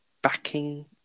backing